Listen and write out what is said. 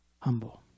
Humble